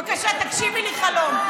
בבקשה, תגשימי לי חלום.